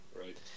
right